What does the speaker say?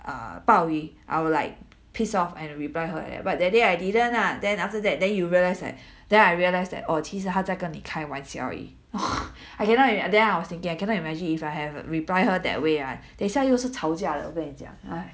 ah 鲍鱼 I would like pissed off and reply her like that but that day I didn't lah then after that then you realise that then I realise that orh 其实她在跟你开玩笑而已 every time and then I was thinking I cannot imagine if I have reply her that way ah 等一下又是吵架的我跟你讲 !hais!